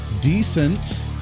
decent